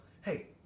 hey